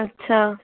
अच्छा